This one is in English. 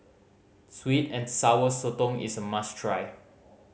sweet and Sour Sotong is a must try